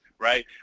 right